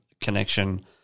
connection